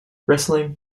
wrestling